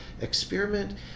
experiment